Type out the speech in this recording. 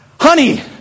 Honey